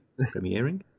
Premiering